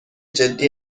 جدی